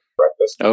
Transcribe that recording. breakfast